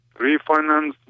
refinance